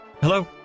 hello